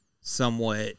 somewhat